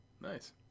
Nice